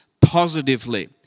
positively